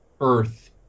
earth